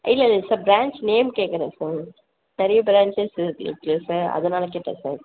இல்லை இல்லை sir branch name கேட்குறன் சார் நிறைய பிராான்சஸ் இருக்குதுல சார் அதனால் கேட்டேன் சார்